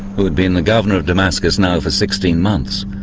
who had been the governor of damascus now for sixteen months,